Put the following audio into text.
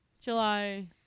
July